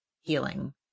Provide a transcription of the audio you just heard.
healing